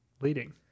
leading